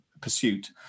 pursuit